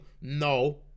no